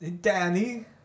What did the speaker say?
Danny